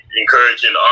encouraging